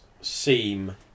seem